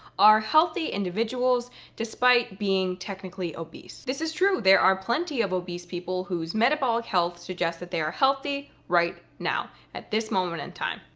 are healthy individuals despite being technically obese. this is true. there are plenty of obese people whose whose metabolic health suggests that they are healthy right now, at this moment in time,